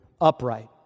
upright